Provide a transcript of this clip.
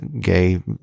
gay